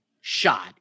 shot